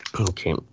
okay